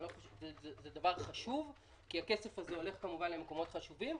זה דבר חשוב כי הכסף הזה הולך כמובן למקומות חשובים,